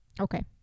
Okay